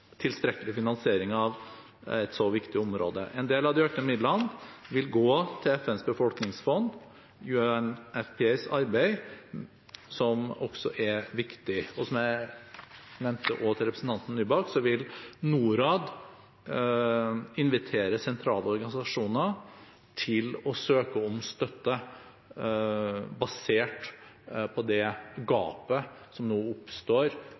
tilstrekkelig finansiering av et så viktig område. En del av de økte midlene vil gå til FNs befolkningsfond, UNFPA, sitt arbeid, som også er viktig. Som jeg også nevnte til representanten Nybakk, vil Norad invitere sentrale organisasjoner til å søke om støtte basert på det gapet som nå oppstår